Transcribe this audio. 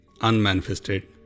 unmanifested